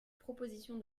proposition